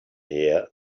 here